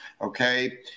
Okay